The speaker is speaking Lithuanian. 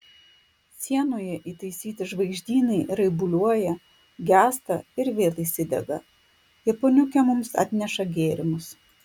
sienoje įtaisyti žvaigždynai raibuliuoja gęsta ir vėl įsidega japoniukė mums atneša gėrimus